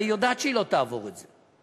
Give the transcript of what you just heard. הרי היא יודעת שהיא לא תעבור את זה.